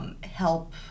help